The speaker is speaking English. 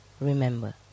remember